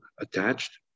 attached